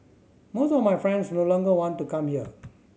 most of my friends no longer want to come here